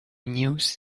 news